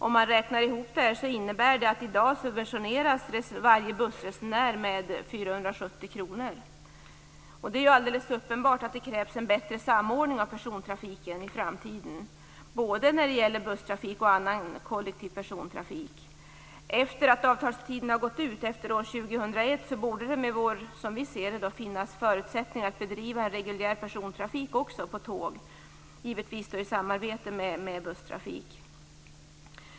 Om man räknar ihop detta får man fram att varje bussresenär i dag subventioneras med 470 kr. Det är alldeles uppenbart att det krävs en bättre samordning av persontrafiken i framtiden, både när det gäller busstrafik och annan kollektiv persontrafik. Efter att avtalstiden har gått ut, år 2001, borde det som vi ser det finnas förutsättningar att bedriva en reguljär persontrafik också per tåg, givetvis i samarbete med busstrafik.